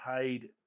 paid